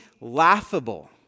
laughable